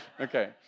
Okay